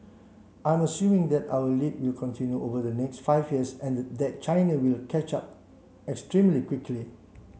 I'm assuming that our lead will continue over the next five years and that China will catch up extremely quickly